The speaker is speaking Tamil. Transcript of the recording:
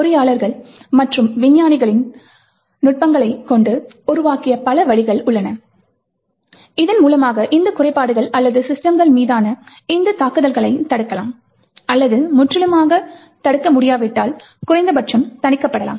பொறியாளர்கள் மற்றும் விஞ்ஞானிகளின் நுட்பங்களை கொண்டு உருவாக்கிய பல வழிகள் உள்ளன இதன் மூலம் இந்த குறைபாடுகள் அல்லது சிஸ்டம்கள் மீதான இந்த தாக்குதல்களைத் தடுக்கலாம் அல்லது முற்றிலுமாகத் தடுக்க முடியாவிட்டால் குறைந்தபட்சம் தணிக்கப்படலாம்